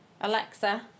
Alexa